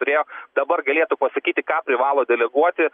turėjo dabar galėtų pasakyti ką privalo deleguoti